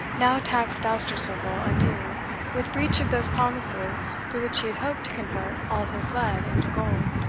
now taxed dousterswivel anew with breach of those promises through which he had hoped to convert all his lead into gold.